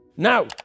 Now